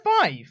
five